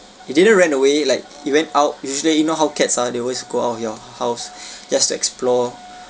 it didn't ran away like it went out usually you know how cats are they always go out of your house just to explore